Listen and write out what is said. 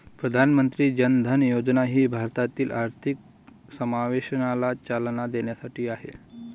प्रधानमंत्री जन धन योजना ही भारतातील आर्थिक समावेशनाला चालना देण्यासाठी आहे